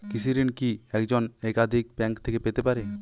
কৃষিঋণ কি একজন একাধিক ব্যাঙ্ক থেকে পেতে পারে?